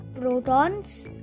protons